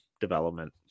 development